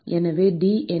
எனவே டி என்பது